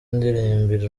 ndirimbira